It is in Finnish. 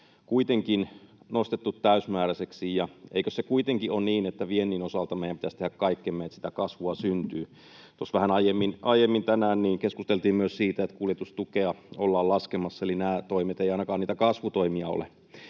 kuitenkin nostettu täysimääräisiksi. Eikö se kuitenkin ole niin, että viennin osalta meidän pitäisi tehdä kaikkemme, että sitä kasvua syntyy? Tuossa vähän aiemmin tänään keskusteltiin myös siitä, että kuljetustukea ollaan laskemassa. Eli nämä toimet eivät ainakaan niitä kasvutoimia ole.